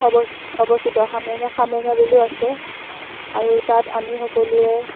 অৱস্থিত হামৰেঙা বিলো আছে আৰু তাত আমি সকলোৱে